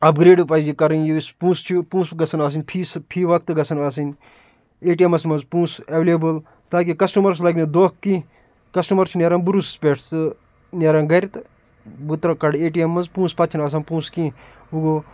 upgrade پَزِ یہِ کَرٕنۍ یُس پونٛسہٕ چھِ پونٛسہٕ گژھَن آسٕنۍ فیٖسہٕ فی وقتہٕ گژھَن آسٕنۍ اے ٹی اٮ۪مَس منٛز پونٛسہٕ اٮ۪ولیبٕل تاکہِ کَسٹٕمَرَس لَگہِ نہٕ دھوکہٕ کینٛہہ کَسٹٕمَر چھُ نیران بروسَس پٮ۪ٹھ سُہ نیران گَرِ تہٕ بہٕ ترٛاو کَڑٕ اے ٹی اٮ۪م منٛز پونٛسہٕ پَتہٕ چھَنہٕ آسان پونٛسہٕ کینٛہہ وۄنۍ گوٚو